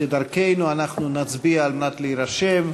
כדרכנו אנחנו נצביע על מנת להירשם.